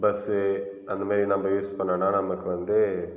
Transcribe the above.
bus அந்த மாதிரி நம்ம யூஸ் பண்ணோம்னால் நமக்கு வந்து